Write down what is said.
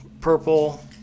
purple